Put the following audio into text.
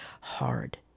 hard